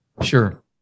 Sure